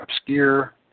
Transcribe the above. obscure